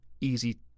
easy